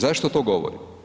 Zašto to govorim?